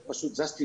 ובצדק,